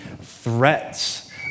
threats